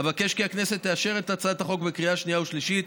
אבקש כי הכנסת תאשר את הצעת החוק בקריאה שנייה ושלישית.